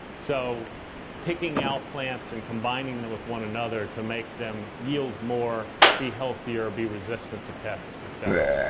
so picking out plants and combining them with one another to make them yield more, be healthier, be resistant to pests, et cetera.